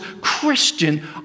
Christian